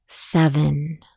Seven